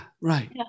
Right